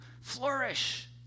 flourish